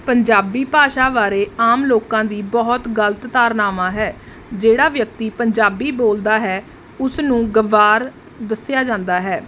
ਪੰਜਾਬੀ ਭਾਸ਼ਾ ਬਾਰੇ ਆਮ ਲੋਕਾਂ ਦੀ ਬਹੁਤ ਗਲਤ ਧਾਰਨਾਵਾਂ ਹੈ ਜਿਹੜਾ ਵਿਅਕਤੀ ਪੰਜਾਬੀ ਬੋਲਦਾ ਹੈ ਉਸ ਨੂੰ ਗਵਾਰ ਦੱਸਿਆ ਜਾਂਦਾ ਹੈ